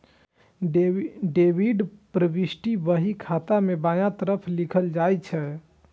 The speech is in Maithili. डेबिट प्रवृष्टि बही खाता मे बायां तरफ लिखल जाइ छै